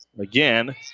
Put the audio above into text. again